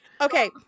Okay